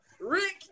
Rick